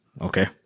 okay